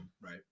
Right